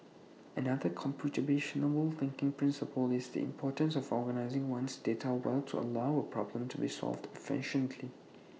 another computational thinking principle is the importance of organising one's data well to allow A problem to be solved efficiently